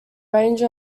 range